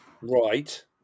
Right